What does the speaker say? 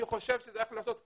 אני חושב שצריך לעשות פיזור.